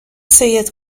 سید